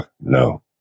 No